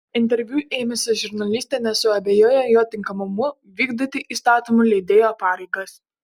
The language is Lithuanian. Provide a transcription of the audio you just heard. interviu ėmusi žurnalistė nesuabejojo jo tinkamumu vykdyti įstatymų leidėjo pareigas